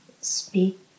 speak